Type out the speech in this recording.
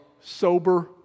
sober